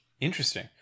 interesting